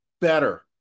better